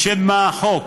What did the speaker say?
לשם מה החוק.